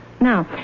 Now